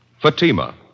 Fatima